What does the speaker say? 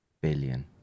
billion